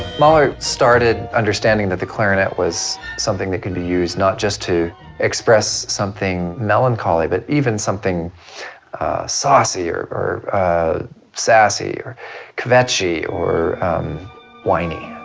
mahler started understanding that the clarinet was something that could be used not just to express something melancholy but even something saucy or or sassy or kvetchy or whiny.